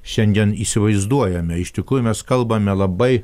šiandien įsivaizduojame iš tikrųjų mes kalbame labai